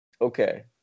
Okay